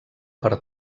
per